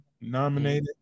nominated